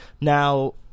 Now